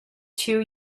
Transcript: two